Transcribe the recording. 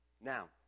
Now